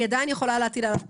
אני עדיין יכולה להטיל עליו